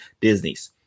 Disneys